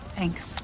Thanks